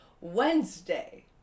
Wednesday